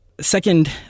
Second